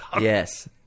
Yes